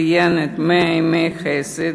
ציין את 100 ימי החסד,